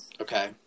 Okay